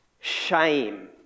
shame